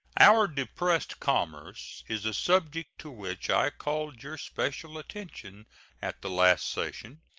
our depressed commerce is a subject to which i called your special attention at the last session,